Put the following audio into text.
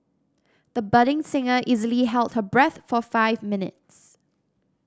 the budding singer easily held her breath for five minutes